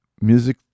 music